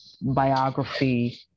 biography